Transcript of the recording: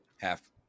Half